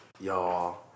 y'all